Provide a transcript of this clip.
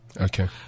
okay